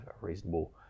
reasonable